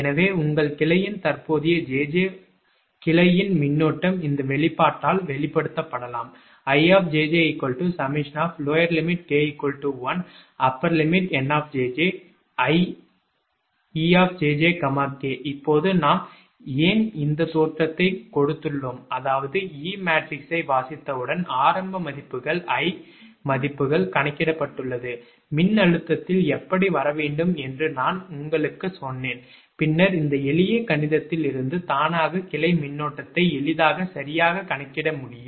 எனவே உங்கள் கிளையின் தற்போதைய 𝑗𝑗 வலது கிளையின் மின்னோட்டம் இந்த வெளிப்பாட்டால் வெளிப்படுத்தப்படலாம் இப்போது நாம் ஏன் இந்த தோற்றத்தை கொடுத்துள்ளோம் அதாவது e மேட்ரிக்ஸை வாசித்தவுடன் ஆரம்ப மதிப்புகள் 𝑖 மதிப்புகள் கணக்கிடப்பட்டுள்ளது மின்னழுத்தத்தில் எப்படி வர வேண்டும் என்று நான் உங்களுக்கு சொன்னேன் பின்னர் இந்த எளிய கணிதத்திலிருந்து தானாக கிளை மின்னோட்டத்தை எளிதாக சரியாக கணக்கிட முடியும்